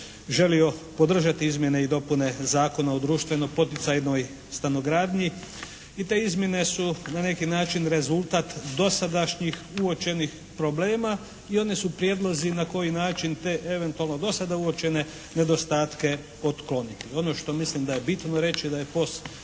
želio podržati izmjene i dopune Zakona o društveno poticajnoj stanogradnji i te izmjene su na neki način rezultat dosadašnjih uočenih problema i one su prijedlozi na koji način te eventualno do sada uočene nedostatke otkloniti. Ono što mislim da je bitno reći da je POS